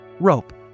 Rope